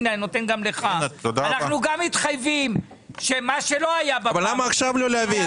אנחנו גם מתחייבים שמה שלא היה בפעם הקודמת